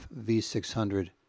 V600